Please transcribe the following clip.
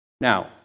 Now